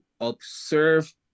observe